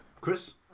Chris